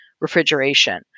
refrigeration